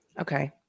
Okay